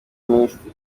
minisitiri